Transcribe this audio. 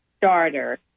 starter